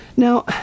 Now